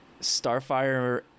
Starfire